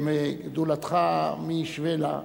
גדולתך מי ישווה לה,